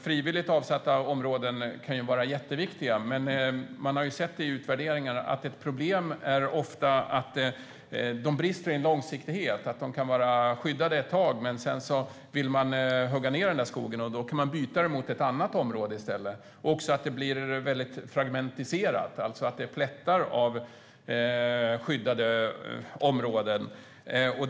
Frivilligt avsatta områden kan vara jätteviktiga, men man har sett i utvärderingarna att ett problem ofta är att de brister i långsiktighet. De kan vara skyddade ett tag, men sedan vill man hugga ned den där skogen, och då kan man byta den mot ett annat område i stället. Det blir också väldigt fragmentiserat, med plättar av skyddade områden.